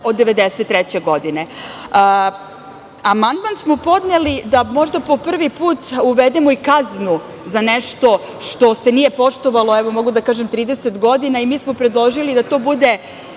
od 1993. godine. Amandman smo podneli da možda po prvi put uvedemo i kaznu za nešto što se nije poštovalo, evo mogu da kažem, 30 godina i mi smo predložili da to bude